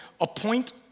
appoint